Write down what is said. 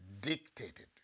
dictated